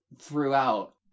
throughout